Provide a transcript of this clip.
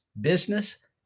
business